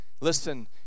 listen